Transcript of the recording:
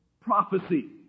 prophecy